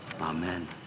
amen